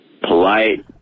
polite